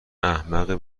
احمق